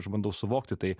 aš bandau suvokti tai